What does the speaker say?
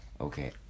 Okay